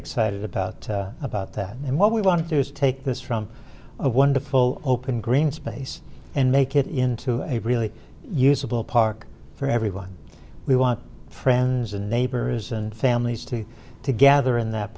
excited about about that and what we want to do is take this from a wonderful open green space and make it into a really useable park for everyone we want friends and neighbors and families to gather in that